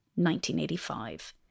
1985